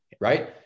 right